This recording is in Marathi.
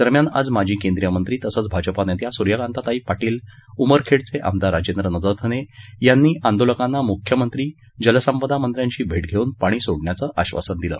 दरम्यान आज माजी केंद्रीय मंत्री तसंच भाजप नेत्या सूर्यकांताताई पाटील उमरखेडेचे आमदार राजेंद्र नजरधने यांनी आंदोलकांना मुख्यमंत्री जलसंपदा मंत्र्यांची भेट घेऊन पाणी सोडण्याचं आश्वासन दिलं